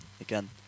Again